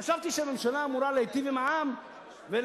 חשבתי שהממשלה אמורה להיטיב עם העם ולעזור